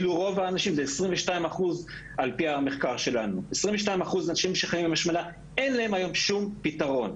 ואלו רוב האנשים - 22 אחוז על פי המחקר שלנו - אין היום שום פיתרון.